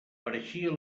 pareixia